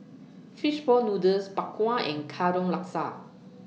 Fish Ball Noodles Bak Kwa and Katong Laksa